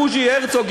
בוז'י הרצוג,